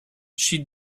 she